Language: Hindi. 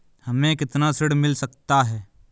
हमें कितना ऋण मिल सकता है?